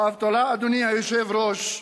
האבטלה, אדוני היושב-ראש,